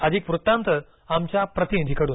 अधिक वृत्तांत आमच्या प्रतिनिधीकडून